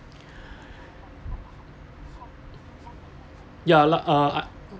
ya like uh I